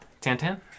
Tan-Tan